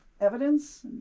evidence